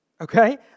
Okay